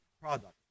product